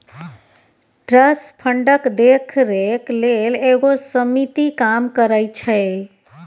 trust फंडक देखरेख लेल एगो समिति काम करइ छै